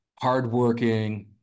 hardworking